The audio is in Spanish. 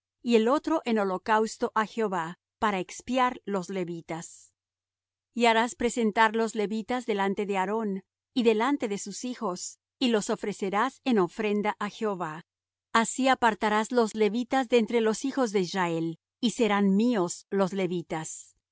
y el otro en holocausto á jehová para expiar los levitas y harás presentar los levitas delante de aarón y delante de sus hijos y los ofrecerás en ofrenda á jehová así apartarás los levitas de entre los hijos de israel y serán míos los levitas